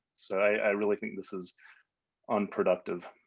so i really think this is unproductive.